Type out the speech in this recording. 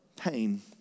pain